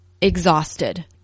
exhausted